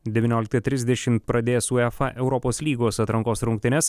devynioliktą trisdešimt pradės uefa europos lygos atrankos rungtynes